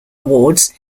awards